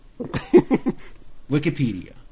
Wikipedia